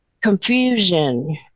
confusion